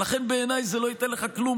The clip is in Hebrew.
ולכן בעיניי זה לא ייתן לך כלום.